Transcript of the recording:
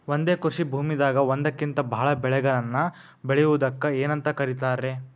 ಒಂದೇ ಕೃಷಿ ಭೂಮಿದಾಗ ಒಂದಕ್ಕಿಂತ ಭಾಳ ಬೆಳೆಗಳನ್ನ ಬೆಳೆಯುವುದಕ್ಕ ಏನಂತ ಕರಿತಾರೇ?